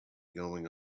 going